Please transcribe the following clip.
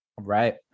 right